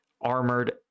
armored